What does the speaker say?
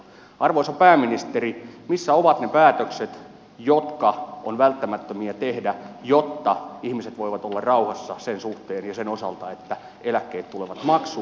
arvoisa pääministeri missä ovat ne päätökset jotka ovat välttämättömiä tehdä jotta ihmiset voivat olla rauhassa sen suhteen ja sen osalta että eläkkeet tulevat maksuun